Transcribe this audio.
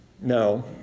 No